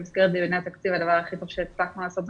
במסגרת דיוני התקציב הדבר הכי טוב שהספקנו לעשות,